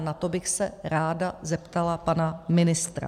Na to bych se ráda zeptala pana ministra.